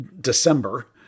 December